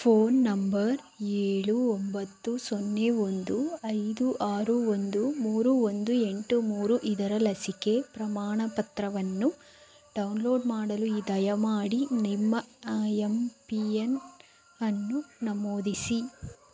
phone number ಏಳು ಒಂಬತ್ತು ಸೊನ್ನೆ ಒಂದು ಐದು ಆರು ಒಂದು ಮೂರು ಒಂದು ಎಂಟು ಮೂರು ಇದರ ಲಸಿಕೆ ಪ್ರಮಾಣಪತ್ರವನ್ನು ಡೌನ್ಲೋಡ್ ಮಾಡಲು ಈ ದಯಮಾಡಿ ನಿಮ್ಮ ಎಂ ಪಿ ಎನ್ ಅನ್ನು ನಮೂದಿಸಿ